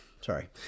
sorry